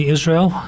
Israel